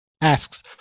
asks